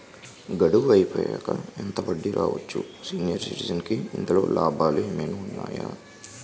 గడువు అయిపోయాక ఎంత వడ్డీ రావచ్చు? సీనియర్ సిటిజెన్ కి ఇందులో లాభాలు ఏమైనా ఉన్నాయా?